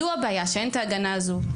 הבעיה היא שאין את ההגנה הזו.